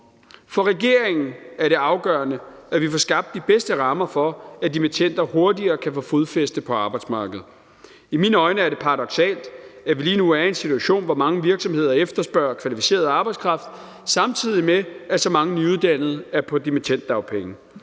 For regeringen er det afgørende, at vi får skabt de bedste rammer for, at dimittender hurtigere kan få fodfæste på arbejdsmarkedet. I mine øjne er det paradoksalt, at vi lige nu er i en situation, hvor mange virksomheder efterspørger kvalificeret arbejdskraft, samtidig med at så mange nyuddannede er på dimittenddagpenge.